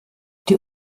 die